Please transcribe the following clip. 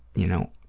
you know,